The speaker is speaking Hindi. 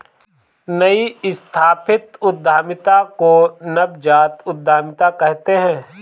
नई स्थापित उद्यमिता को नवजात उद्दमिता कहते हैं